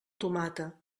tomata